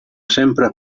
sempre